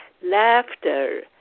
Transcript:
laughter